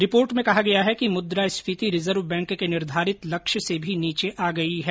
report में कहा गया है कि मुद्रा स्फीति रिजर्व बैंक के निर्धारित लक्ष्य से भी नीचे आ गई है